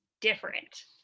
different